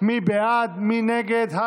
בעד, 52, אין מתנגדים,